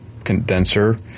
condenser